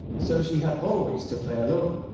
so she had always to play alone,